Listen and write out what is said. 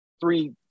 three